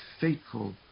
fateful